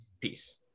Peace